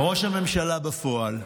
ראש הממשלה בפועל.